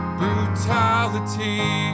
brutality